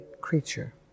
creature